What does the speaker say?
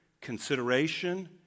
consideration